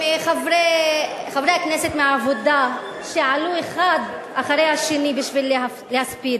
חברי הכנסת מהעבודה שעלו האחד אחרי השני בשביל להספיד,